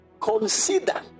Consider